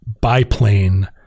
biplane